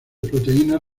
proteínas